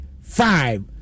five